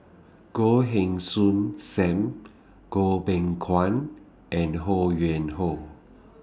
Goh Heng Soon SAM Goh Beng Kwan and Ho Yuen Hoe